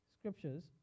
scriptures